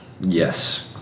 Yes